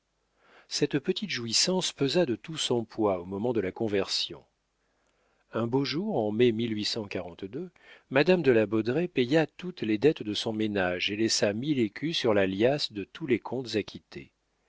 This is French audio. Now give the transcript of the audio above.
cette petite jouissance pesa de tout son poids au moment de la conversion un beau jour en me madame de la baudraye paya toutes les dettes de son ménage et laissa mille écus sur la liasse de tous les comptes